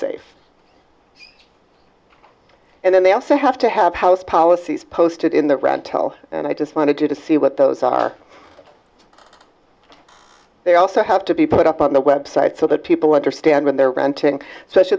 safe and then they also have to have house policies posted in the rental and i just wanted you to see what those are they also have to be put up on the website so that people understand when they're renting